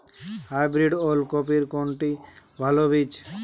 Hybrid ওল কপির কোনটি ভালো বীজ?